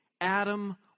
Adam